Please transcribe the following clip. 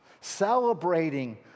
celebrating